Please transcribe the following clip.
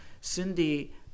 Cindy